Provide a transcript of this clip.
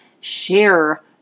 share